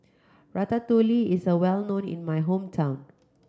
Ratatouille is a well known in my hometown